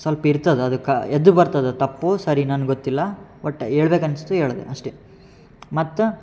ಸಲ್ಪ ಇರ್ತದೆ ಅದಕ್ಕೆ ಎದ್ದು ಬರ್ತದೆ ತಪ್ಪು ಸರಿ ನನ್ಗೆ ಗೊತ್ತಿಲ್ಲ ಒಟ್ಟು ಹೇಳ್ಬೇಕ್ ಅನಿಸ್ತು ಹೇಳ್ದೆ ಅಷ್ಟೇ ಮತ್ತು